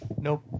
Nope